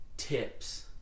Tips